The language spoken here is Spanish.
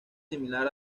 similar